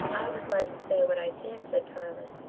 i was led to say what i did, said tarling,